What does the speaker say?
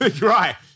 Right